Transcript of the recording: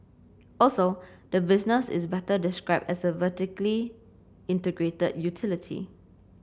also the business is better described as a vertically integrated utility